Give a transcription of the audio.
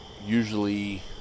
Usually